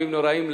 בימים נוראים,